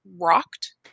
rocked